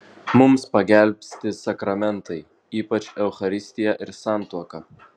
mums pagelbsti sakramentai ypač eucharistija ir santuoka